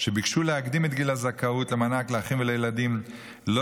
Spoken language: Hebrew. שביקשו להקדים את גיל הזכאות למענק לאחים ולילדים לא